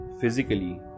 physically